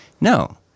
No